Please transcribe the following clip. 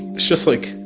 it's just like